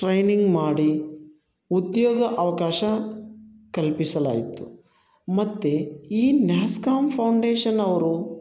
training ಮಾಡಿ ಉದ್ಯೋಗ ಅವಕಾಶ ಕಲ್ಪಿಸಲಾಯಿತು ಮತ್ತು ಈ ನ್ಯಾಸ್ಕಾಮ್ ಫೌಂಡೇಶನ್ ಅವರು